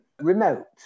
remote